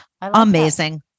Amazing